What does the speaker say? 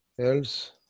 Else